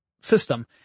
system